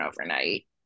overnight